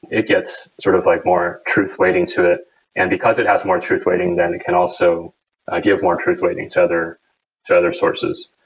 it gets sort of like more truth weighting to it. and because it has more truth weighting, then it can also ah give more truth weighting to other to other sources.